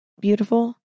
beautiful